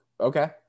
okay